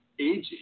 aging